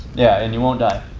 yeah, and you won't die.